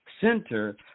center